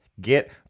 Get